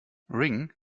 ring